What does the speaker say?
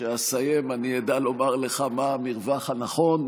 כשאסיים אני אדע לומר לך מה המרווח הנכון.